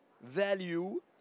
value